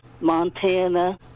Montana